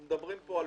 אנחנו מדברים פה על